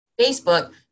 Facebook